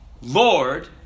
Lord